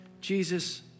Jesus